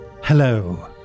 Hello